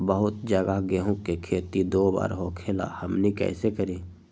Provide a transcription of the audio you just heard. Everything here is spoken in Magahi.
बहुत जगह गेंहू के खेती दो बार होखेला हमनी कैसे करी?